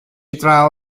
draw